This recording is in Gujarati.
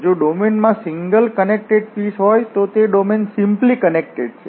જો ડોમેનમાં સિંગલ કનેક્ટેડ પીસ હોય તે ડોમેન D સિમ્પલી કનેકટેડ છે